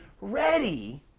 ready